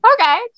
Okay